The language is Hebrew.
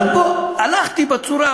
סכומים שלא